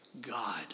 God